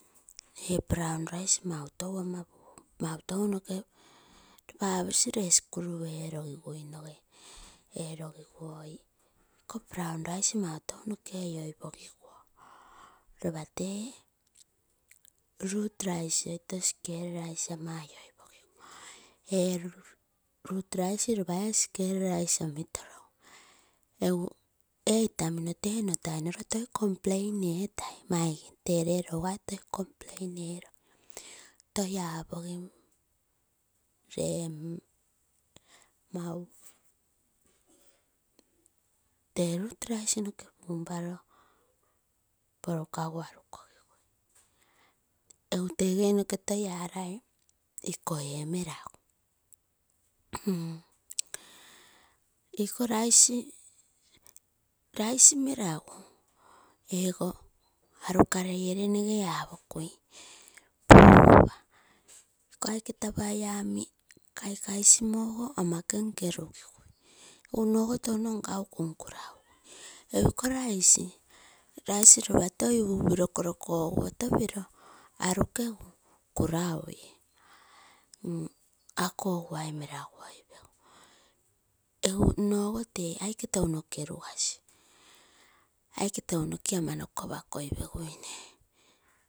Ee brown rice mautou noke oioipogiguo mautou noke nopa aposi lee skul erogiguinoge erogiguoi iko brown rice mautou noke otoi pogigao. Ropa tee roots rice oito skel rice-rice ama oioipogiguo. Eee roots rice ropa ee skel rice omitorogu. Ee itamino tee nno tounoro toi complain etai tee ree lougai toi complain erogim. Toi apogim tee mau tee roots rice noke pumparo porukagu arukogiguine. Egu teege noke to alai iko ee meraguu. Iko rice meraguu ego arukalei gere nege apokui iko aike tapaia omi kaikai simo ogo ama ken kerugi gui egu ono touno nkagu kunkuraagui. Egu iko rice ropa toi upito korogo koguotopiro anukegu karaui, akoo oguai meraguoi pegui egu nnogo tee aike touno kerugasi aike tounoke ama noko apa koipe guine.